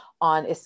on